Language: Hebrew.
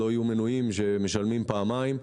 לא יהיו מנויים שמשלמים פעמיים.